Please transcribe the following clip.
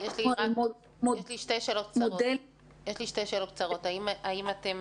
יש לי שתי שאלות קצרות: ראשית, האם אתם